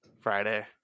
Friday